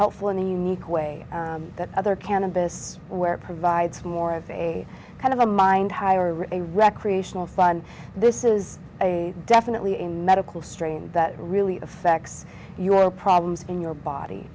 helpful in a unique way that other cannabis where provides more of a kind of a mind to hire a recreational fund this is a definitely a medical strain that really affects your problems in your body